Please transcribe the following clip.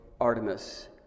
Artemis